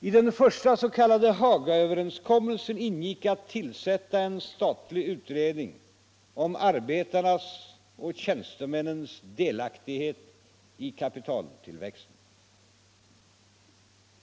I den första s.k. Hagaöverenskommelsen ingick att tillsätta en statlig utredning om arbetarnas och tjänstemännens delaktighet i kapitaltillväxten.